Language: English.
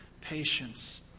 patience